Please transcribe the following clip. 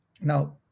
Now